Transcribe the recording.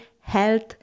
health